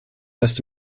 erst